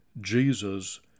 Jesus